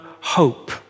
hope